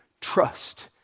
trust